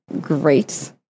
great